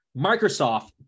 Microsoft